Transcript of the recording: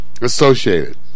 associated